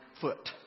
foot